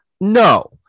No